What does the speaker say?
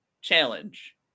challenge